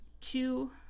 two